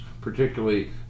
particularly